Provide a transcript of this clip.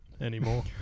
anymore